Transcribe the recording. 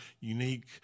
unique